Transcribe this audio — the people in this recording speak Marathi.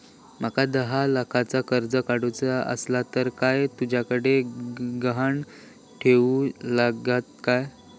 माका दहा लाखाचा कर्ज काढूचा असला तर काय तुमच्याकडे ग्हाण ठेवूचा लागात काय?